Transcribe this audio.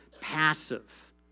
passive